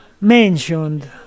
mentioned